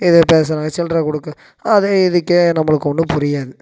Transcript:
எதோ பேசுகிறாங்க சில்லற கொடுக்க அது இதுக்கே நம்மளுக்கு ஒன்றும் புரியாது